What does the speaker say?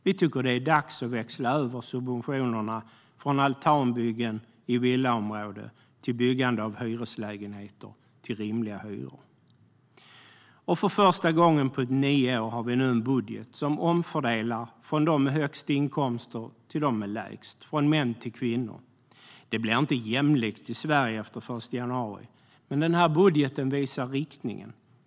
Vi tycker att det är dags att växla över subventionerna från altanbyggen i villaområden till byggande av hyreslägenheter med rimliga hyror. För första gången på nio år har vi nu en budget som omfördelar från dem med högst inkomster till dem med lägst, från män till kvinnor. Det blir inte jämlikt i Sverige efter den 1 januari, men den här budgeten visar riktningen.